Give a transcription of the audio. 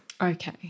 Okay